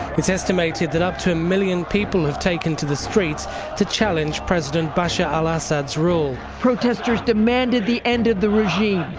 it's estimated that up to a million people have taken to the streets to challenge president bashar al-assad's rule protesters demanded the end of the regime,